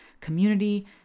community